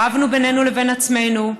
רבנו בינינו לבין עצמנו,